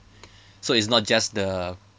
so it's not just the